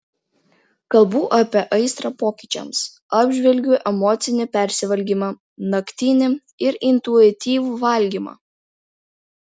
kalbu apie aistrą pokyčiams apžvelgiu emocinį persivalgymą naktinį ir intuityvų valgymą